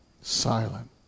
silent